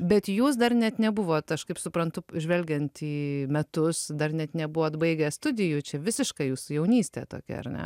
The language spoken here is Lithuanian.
bet jūs dar net nebuvot aš kaip suprantu žvelgiant į metus dar net nebuvot baigęs studijų čia visiška jūsų jaunystė tokia ar ne